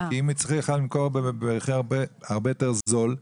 כי אם היא הצליחה למכור במחיר הרבה יותר זול,